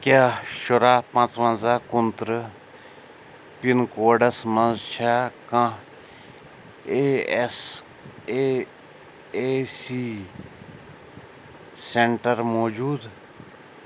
کیٛاہ شُراہ پانٛزونٛزاہ کُنتٕرہ پِن کوڈس مَنٛز چھا کانٛہہ A S A A C centre موٗجوٗد